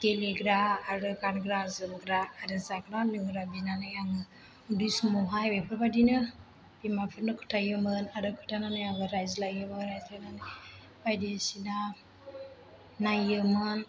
गेलेग्रा आरो गानग्रा जोमग्रा आरो जाग्रा लोंग्रा बिनानै आङो बे समावहाय बेफोरबायदिनो बिमाफोरनो खिन्थायोमोन आरो खिन्थानानै आङो रायज्लायोमोन रायज्लायनानै बायदिसिना नायोमोन